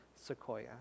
sequoia